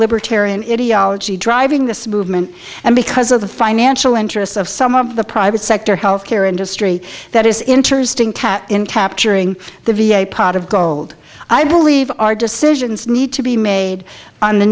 libertarian idiology driving this movement and because of the financial interests of some of the private sector health care industry that is interesting cat in capturing the v a pot of gold i believe our decisions need to be made on the